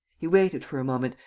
he waited for a moment,